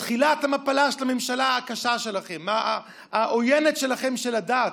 ותחילת המפלה של הממשלה הקשה שלכם, העוינת את הדת,